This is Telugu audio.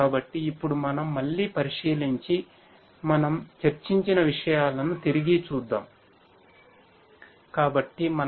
కాబట్టి ఇప్పుడు మనం మళ్ళీ పరిశీలించి మనం చర్చించిన విషయాలను తిరిగి చూద్దాం